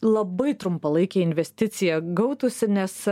labai trumpalaikė investicija gautųsi nes